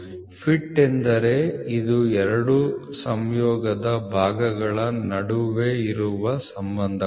fit ಎಂದರೆ ಇದು 2 ಸಂಯೋಗದ ಭಾಗಗಳ ನಡುವೆ ಇರುವ ಸಂಬಂಧವಾಗಿದೆ